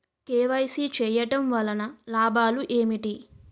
KYC చేయటం వలన లాభాలు ఏమిటి?